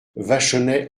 vachonnet